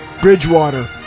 Bridgewater